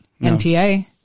NPA